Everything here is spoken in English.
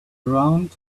around